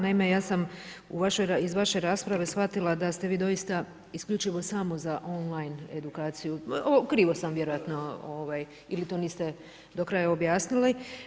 Naime, ja sam iz vaše rasprave shvatila da ste vi doista isključivo samo za on-line edukaciju, krivo sam vjerojatno ili to niste do kraja objasnili.